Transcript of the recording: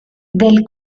del